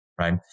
right